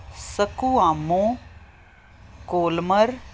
ਸਕੁਆਮੋ ਕੋਲਮਰ